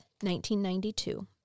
1992